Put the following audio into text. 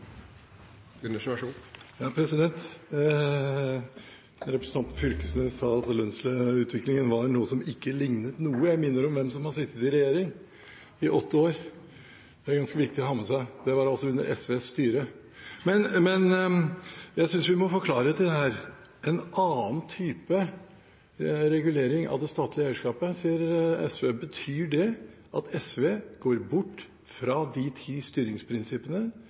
Representanten Knag Fylkesnes sa at lønnsutviklingen ikke lignet noe. Jeg minner om hvem som har sittet i regjering i åtte år. Det er ganske viktig å ha med seg. Det var altså under SVs styre. Men jeg synes vi må få klarhet i dette. En annen type regulering av det statlige eierskapet, sier SV. Betyr det at SV går bort fra de ti styringsprinsippene